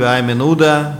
1087 ו-1088.